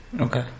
Okay